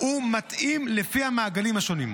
ומתאים לפי המעגלים השונים.